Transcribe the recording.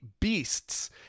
beasts